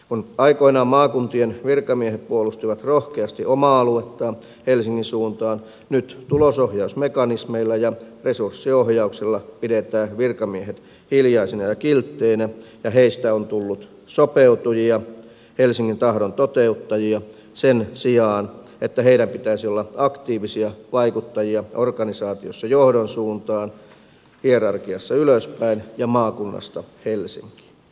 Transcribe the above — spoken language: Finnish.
kun aikoinaan maakuntien virkamiehet puolustivat rohkeasti omaa aluettaan helsingin suuntaan nyt tulosohjausmekanismeilla ja resurssiohjauksella pidetään virkamiehet hiljaisina ja kiltteinä ja heistä on tullut sopeutujia helsingin tahdon toteuttajia sen sijaan että heidän pitäisi olla aktiivisia vaikuttajia organisaatiossa johdon suuntaan hierarkiassa ylöspäin ja maakunnasta helsinkiin